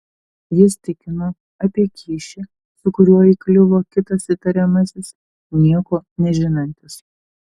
jis tikino apie kyšį su kuriuo įkliuvo kitas įtariamasis nieko nežinantis